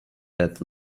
that